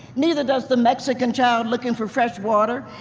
neither does the mexican child looking for fresh water,